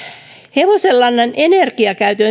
hevosenlannan energiakäytön